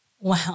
Wow